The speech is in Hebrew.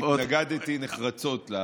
אני התנגדתי נחרצות.